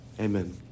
amen